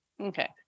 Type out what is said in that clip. Okay